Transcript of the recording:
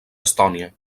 estònia